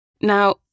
Now